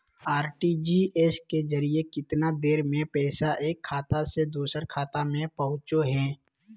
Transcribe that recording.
RTGS के जरिए कितना देर में पैसा एक खाता से दुसर खाता में पहुचो है?